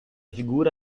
figura